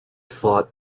thought